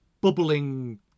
bubbling